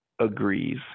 agrees